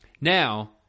Now